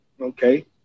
okay